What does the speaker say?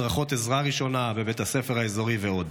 הדרכות עזרה ראשונה בבית הספר האזורי ועוד.